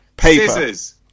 Scissors